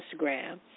instagram